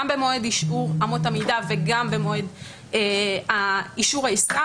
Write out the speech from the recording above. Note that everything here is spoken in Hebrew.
גם במועד אישור אמות המידה וגם במועד אישור העסקה.